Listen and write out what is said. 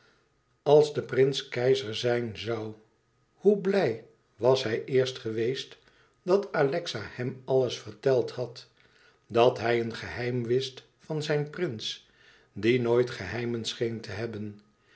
als de prins keizer zijn zoû hoe blij was hij eerst geweest dat alexa hem alles verteld had dat hij een geheim wist van zijn prins die nooit geheimen scheen te hebben